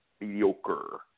Mediocre